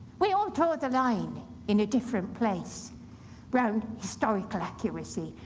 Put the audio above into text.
we all draw the line in a different place round historical accuracy,